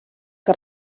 que